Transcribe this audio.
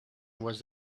was